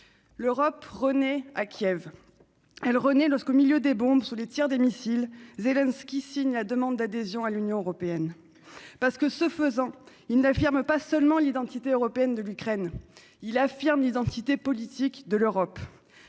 L'Europe renaît à Kiev. Elle renaît lorsque, au milieu des bombes, sous les tirs de missiles, Zelensky signe la demande d'adhésion à l'Union européenne. Ce faisant, il n'affirme pas seulement l'identité européenne de l'Ukraine : il affirme l'identité politique de l'Europe.